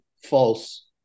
false